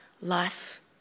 Life